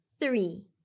three